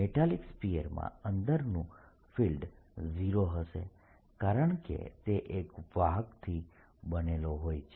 metallic સ્ફીયરમાં અંદરનું field 0 હશે કારણકે તે એક વાહકથી બનેલો હોય છે